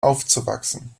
aufzuwachsen